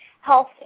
health